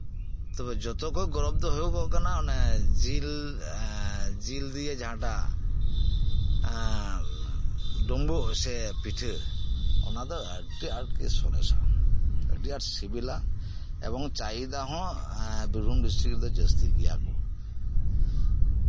ᱛᱚᱵᱮ ᱡᱚᱛᱚᱠᱷᱚᱱ ᱜᱚᱨᱚᱵ ᱫᱚ ᱦᱩᱭᱩᱜ ᱠᱟᱱᱟ ᱚᱱᱮ ᱡᱤᱞ ᱮᱸᱜ ᱡᱤᱞ ᱨᱮᱭᱟᱜ ᱡᱟᱦᱟᱸᱴᱟᱜ ᱰᱩᱢᱵᱩᱜ ᱥᱮ ᱯᱤᱴᱷᱟᱹ ᱚᱱᱟ ᱫᱚ ᱟᱹᱰᱤ ᱟᱸᱴ ᱜᱮ ᱥᱚᱨᱮᱥ ᱜᱮᱭᱟ ᱟᱹᱰᱤ ᱟᱸᱴ ᱥᱤᱵᱤᱞᱟ ᱮᱵᱚᱝ ᱪᱟᱹᱦᱤᱚᱫᱟ ᱦᱚᱸ ᱵᱤᱨᱵᱷᱩᱢ ᱰᱤᱥᱴᱤᱠ ᱨᱮᱫᱚ ᱡᱟᱹᱥᱛᱤ ᱜᱮᱭᱟ ᱠᱚ